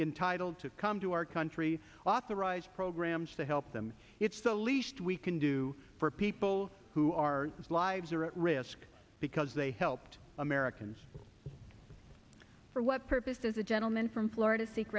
entitle to come to our country authorize programs to help them it's the least we can do for people who are lives are at risk because they helped americans for what purpose does the gentleman from florida seek